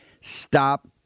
stop